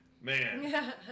man